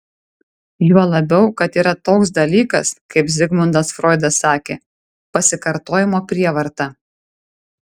juo labiau kad yra toks dalykas kaip zigmundas froidas sakė pasikartojimo prievarta